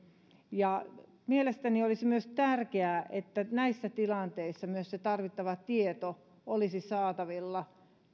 mielestäni olisi myös tärkeää että näissä tilanteissa myös se tarvittava tieto olisi saatavilla